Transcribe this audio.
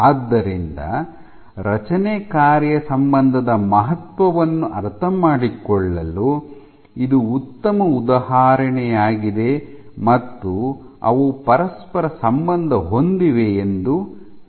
ಆದ್ದರಿಂದ ರಚನೆ ಕಾರ್ಯ ಸಂಬಂಧದ ಮಹತ್ವವನ್ನು ಅರ್ಥಮಾಡಿಕೊಳ್ಳಲು ಇದು ಉತ್ತಮ ಉದಾಹರಣೆಯಾಗಿದೆ ಮತ್ತು ಅವು ಪರಸ್ಪರ ಸಂಬಂಧ ಹೊಂದಿವೆ ಎಂದು ತಿಳಿಯುತ್ತದೆ